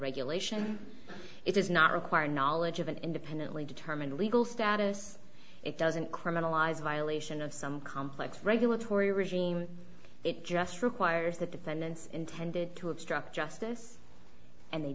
regulation it does not require knowledge of an independently determined legal status it doesn't criminalize a violation of some complex regulatory regime it just requires that dependence intended to obstruct justice and they